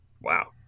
Wow